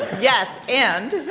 yes, and